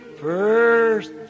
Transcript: first